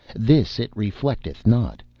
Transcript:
this it reflecteth not,